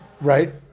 Right